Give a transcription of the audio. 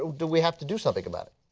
do we have to do something about it?